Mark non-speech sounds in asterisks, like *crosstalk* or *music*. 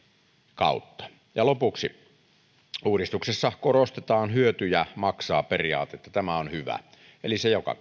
kautta ja lopuksi uudistuksessa korostetaan hyötyjä maksaa periaatetta tämä on hyvä eli se joka *unintelligible*